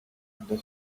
this